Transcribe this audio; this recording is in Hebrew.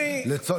אני,